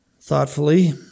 thoughtfully